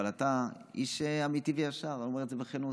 אבל אתה איש אמיתי וישר, אני אומר את זה בכנות.